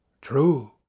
true